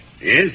Yes